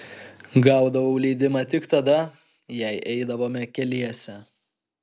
gaudavau leidimą tik tada jei eidavome keliese